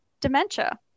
dementia